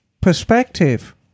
perspective